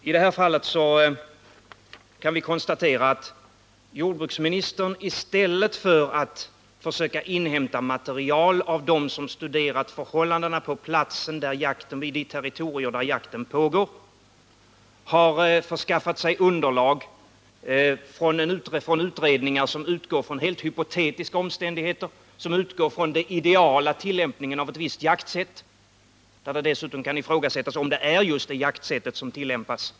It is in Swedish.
I detta fall kan vi konstatera att jordbruksministern i stället för att försöka inhämta material från dem som har studerat förhållandena i de territorier där jakten pågår har skaffat sig underlag från utredningar där man utgår ifrån helt hypotetiska omständigheter och från den ideala tillämpningen av ett visst jaktsätt. Här kan man emellertid ifrågasätta om det i det aktuella fallet är just det jaktsättet som tillämpas.